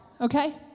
okay